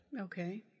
Okay